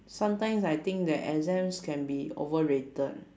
sometimes I think that exams can be overrated